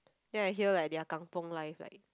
then I hear like their kampung life like